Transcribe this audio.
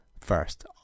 first